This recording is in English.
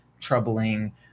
troubling